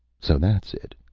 so that's it,